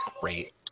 great